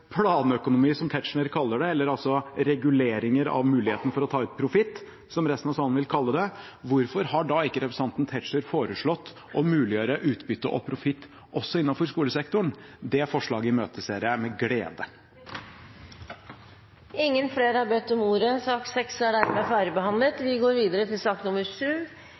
planøkonomi, som Tetzschner kaller det, eller reguleringer av muligheten for å ta ut profitt, som resten av salen vil kalle det – hvorfor har ikke representanten Tetzschner da foreslått å muliggjøre utbytte og profitt også innenfor skolesektoren? Det forslaget imøteser jeg med glede. Flere har ikke bedt om ordet til sak nr. 6. Etter ønske fra arbeids- og sosialkomiteen vil presidenten foreslå at taletiden blir begrenset til